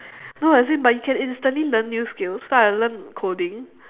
no as in but you can instantly learn new skills so I learn coding